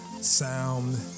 sound